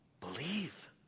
believe